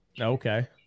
Okay